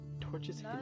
Torches